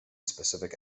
specific